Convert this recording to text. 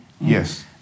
Yes